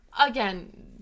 again